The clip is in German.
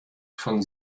von